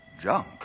Junk